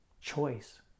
choice